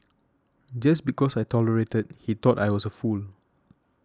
just because I tolerated he thought I was a fool